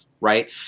right